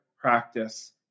practice